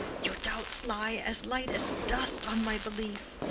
your doubts lie as light as dust on my belief.